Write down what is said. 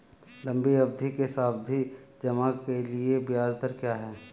लंबी अवधि के सावधि जमा के लिए ब्याज दर क्या है?